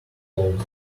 closet